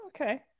okay